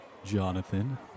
Jonathan